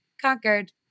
conquered